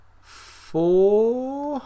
four